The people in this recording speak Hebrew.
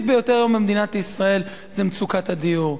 ביותר היום במדינת ישראל זה מצוקת הדיור.